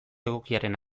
egokiaren